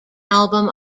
album